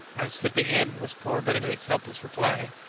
i'm slipping in, was poor benedict's helpless reply.